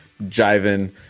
jiving